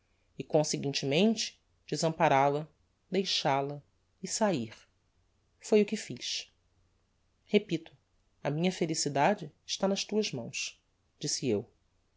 e conseguintemente desamparal a deixal-a e saír foi o que fiz repito a minha felicidade está nas tuas mãos disse eu